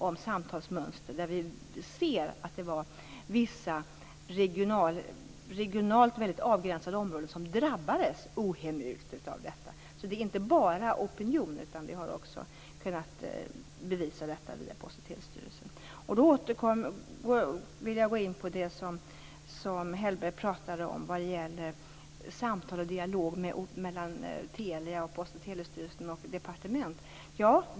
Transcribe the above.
Där kan vi se att det var vissa regionalt avgränsade områden som drabbades ohemult av detta. Det är alltså inte bara opinionen som har påverkat här utan Post och telestyrelsen har också kunnat bevisa detta. Då vill jag gå in på det som Owe Hellberg pratade om, nämligen samtal och dialog mellan Telia, Postoch telestyrelsen och departementet.